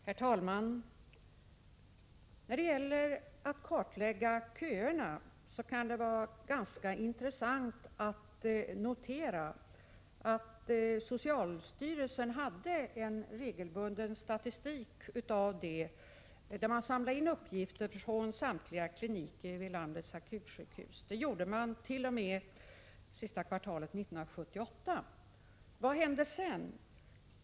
Herr talman! När det gäller att kartlägga köerna kan det vara ganska intressant att notera att socialstyrelsen tidigare hade en regelbunden statistik, där man samlade in uppgifter från samtliga kliniker vid landets akutsjukhus. Detta gjorde man t.o.m. sista kvartalet 1978. Vad hände sedan?